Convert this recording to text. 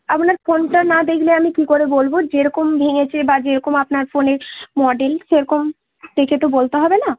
আপনার ফোনটা না দেখলে আমি কী করে বলব যেরকম ভেঙেছে বা যেরকম আপনার ফোনের মডেল সেরকম দেখে তো বলতে হবে না